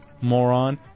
Moron